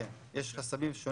כן, יש חסמים שונים.